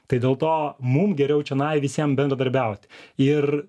tai dėl to mum geriau čionai visiem bendradarbiauti ir